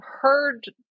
heard